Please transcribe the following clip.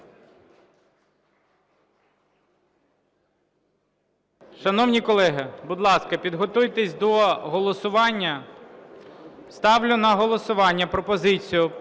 Шановні колеги, будь ласка, підготуйтесь до голосування. Ставлю на голосування пропозицію